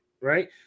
right